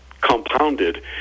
compounded